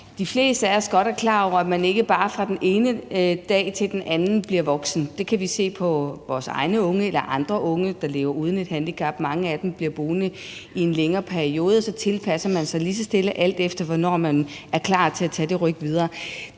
de fleste af os godt er klar over, at man ikke bare fra den ene dag til den anden bliver voksen – det kan vi se på vores egne unge eller andre unge, der lever uden et handicap; mange af dem bliver boende i en længere periode, og så tilpasser man sig lige så stille, alt efter hvornår man er klar til at tage det skridt videre.